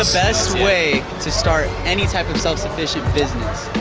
ah best way to start any type of self sufficient business.